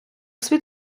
світ